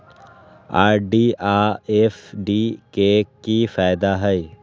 RD आ FD के कि फायदा हई?